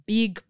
Big